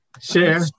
share